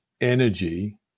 energy